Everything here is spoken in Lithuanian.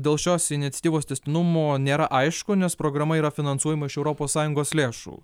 dėl šios iniciatyvos tęstinumo nėra aišku nes programa yra finansuojama iš europos sąjungos lėšų